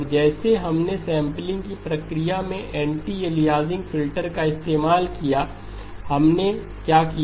और जैसे हमने सैंपलिंग की प्रक्रिया में एंटी अलियासिंग फिल्टर का इस्तेमाल किया हमने क्या किया